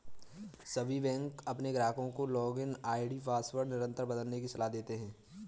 सभी बैंक अपने ग्राहकों को लॉगिन आई.डी पासवर्ड निरंतर बदलने की सलाह देते हैं